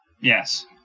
Yes